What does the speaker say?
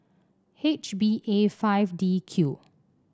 H B A five D Q